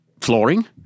flooring